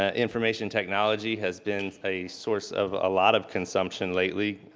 ah information technology has been a source of a lot of consumption lately.